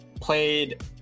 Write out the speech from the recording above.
played